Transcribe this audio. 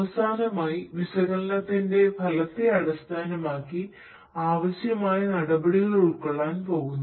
അവസാനമായി വിശകലനത്തിന്റെ ഫലത്തെ അടിസ്ഥാനമാക്കി ആവശ്യമായ നടപടികൾ കൈക്കൊള്ളാൻ പോകുന്നു